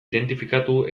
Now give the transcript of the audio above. identifikatu